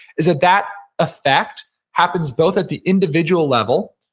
is that that effect happens both at the individual level,